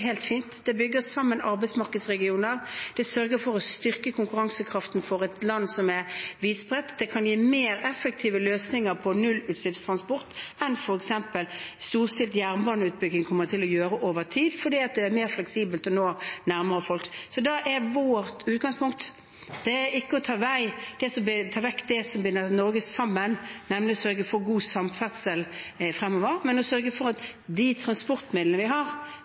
sørger for å styrke konkurransekraften for et land som er spredtbygd, det kan gi mer effektive løsninger for nullutslippstransport enn f.eks. storstilt jernbaneutbygging kommer til å gjøre over tid, fordi det er mer fleksibelt og nærmere folk. Da er vårt utgangspunkt ikke å ta vekk det som binder Norge sammen, men å sørge for god samferdsel fremover, sørge for at de transportmidlene vi har,